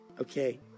Okay